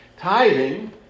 Tithing